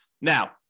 Now